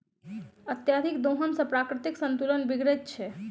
अत्यधिक दोहन सॅ प्राकृतिक संतुलन बिगड़ैत छै